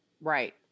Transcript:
Right